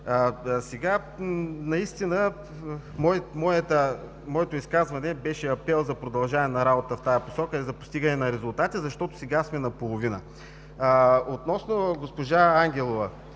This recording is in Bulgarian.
Наистина моето изказване беше апел за продължаване на работата в тази посока и за постигане на резултати, защото сега сме наполовина. Относно госпожа Ангелова.